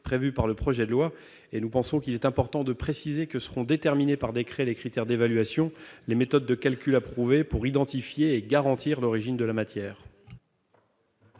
prévues par le projet de loi. Nous pensons, de ce point de vue, qu'il est important de préciser que seront déterminés par décret les critères d'évaluation et les méthodes de calcul approuvées pour identifier et garantir l'origine de la matière.